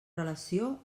relació